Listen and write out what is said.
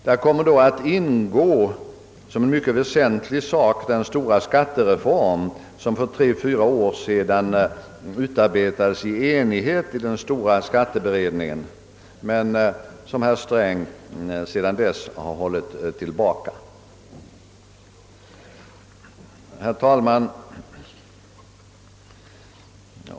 Däri kommer att som en mycket väsentlig del ingå den stora skattereform, som för tre—fyra år sedan utarbetades i stor enighet av den stora skatteberedningen men som herr Sträng sedan dess har hållit tillbaka. Herr talman!